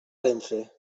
renfe